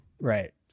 Right